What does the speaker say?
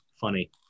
funny